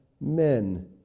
men